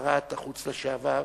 שרת החוץ לשעבר,